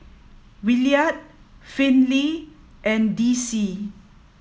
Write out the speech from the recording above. Williard Finley and Dicie